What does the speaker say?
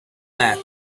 left